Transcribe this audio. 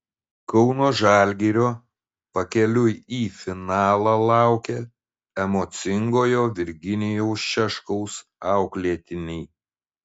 kauno žalgirio pakeliui į finalą laukia emocingojo virginijaus šeškaus auklėtiniai